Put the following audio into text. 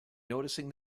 noticing